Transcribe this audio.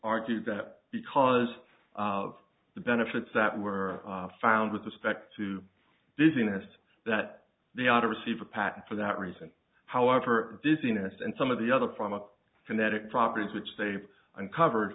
argued that because of the benefits that were found with respect to dizziness that they ought to receive a patent for that reason however dizziness and some of the other from a kinetic properties which they uncovered